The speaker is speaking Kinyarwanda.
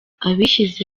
abishyize